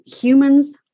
humans